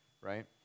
right